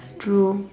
true